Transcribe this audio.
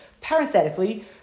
Parenthetically